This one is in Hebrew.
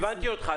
הבנת אותך.